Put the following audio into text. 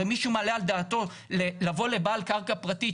הרי מישהו מעלה על דעתו לבוא לבעל קרקע פרטית,